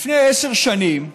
לפני עשר שנים,